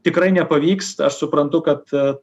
tikrai nepavyks aš suprantu kad